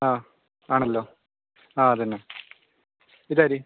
ആ ആണല്ലോ ആ അതുതന്നെ ഇതാര്